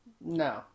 No